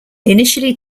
initially